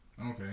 Okay